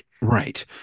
Right